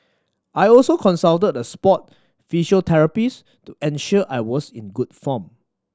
I also consulted a sport physiotherapist to ensure I was in good form